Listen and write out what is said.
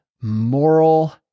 moral